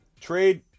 Trade